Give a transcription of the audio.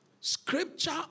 scripture